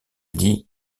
dis